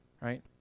right